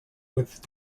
with